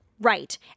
Right